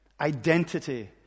identity